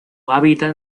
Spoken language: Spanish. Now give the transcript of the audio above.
hábitat